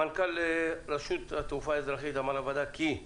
מנכ"ל רשות התעופה האזרחית אמר לוועדה כי הוא